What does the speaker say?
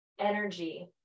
energy